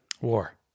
War